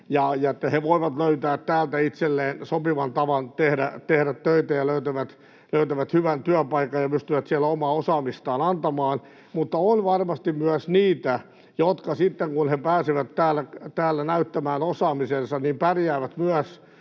he voivat löytää täältä itselleen sopivan tavan tehdä töitä ja löytävät hyvän työpaikan ja pystyvät siellä omaa osaamistaan antamaan. Mutta on varmasti myös niitä, jotka sitten, kun he pääsevät täällä näyttämään osaamisensa, pärjäävät